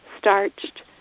starched